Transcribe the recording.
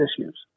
issues